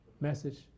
message